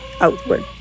outward